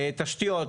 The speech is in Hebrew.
תשתיות.